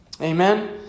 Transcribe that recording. Amen